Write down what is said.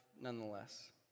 nonetheless